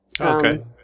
Okay